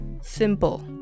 Simple